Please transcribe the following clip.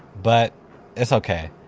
but that's okay,